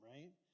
Right